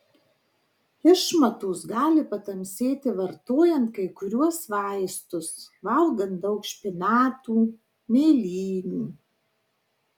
išmatos gali patamsėti vartojant kai kuriuos vaistus valgant daug špinatų mėlynių